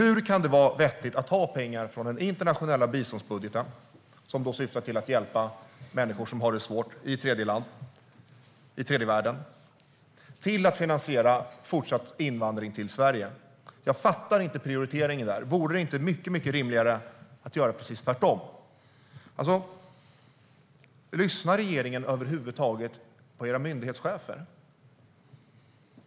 Hur kan det vara vettigt att ta pengar från den internationella biståndsbudgeten, som syftar till att hjälpa människor som har det svårt i tredje världen, till att finansiera fortsatt invandring till Sverige? Jag fattar inte prioriteringen. Vore det inte mycket rimligare att göra precis tvärtom? Lyssnar regeringen över huvud taget på sina myndighetschefer?